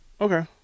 Okay